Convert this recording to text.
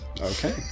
Okay